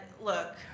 look